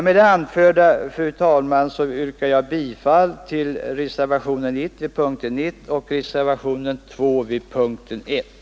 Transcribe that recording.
Med det anförda, fru talman, yrkar jag bifall till reservationerna I och 107 2 vid punkten 1.